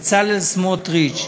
בצלאל סמוטריץ,